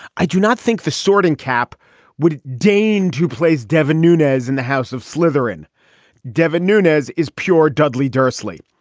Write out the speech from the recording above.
i do not think the sword and cap would deign to place devon nunez in the house of slithering devon nunez is pure dudley tersely.